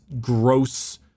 gross